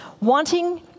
wanting